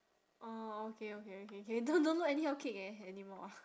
orh okay okay okay K don't don't look anyhow kick eh anymore